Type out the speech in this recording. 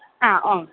ആ ഓ